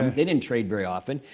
they didn't trade very often.